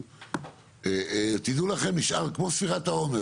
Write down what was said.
פה קבענו,